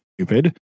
stupid